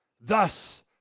Thus